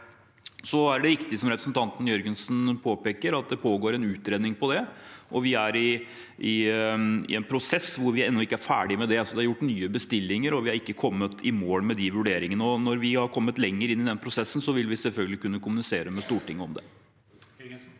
Det er riktig, som representanten Jørgensen påpeker, at det pågår en utredning om det, og vi er i en prosess hvor vi ennå ikke er ferdig. Det er gjort nye bestillinger, og vi har ikke kommet i mål med de vurderingene. Når vi har kommet lenger i den prosessen, vil vi selvfølgelig kunne kommunisere med Stortinget om det.